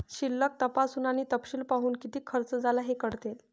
शिल्लक तपासून आणि तपशील पाहून, किती खर्च झाला हे कळते